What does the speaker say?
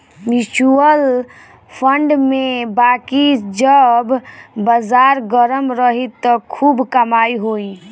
mutual fund में बाकी जब बाजार गरम रही त खूब कमाई होई